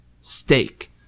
steak